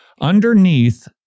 Underneath